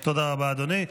תודה רבה, אדוני.